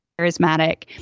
charismatic